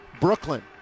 Brooklyn